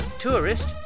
Tourist